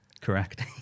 Correct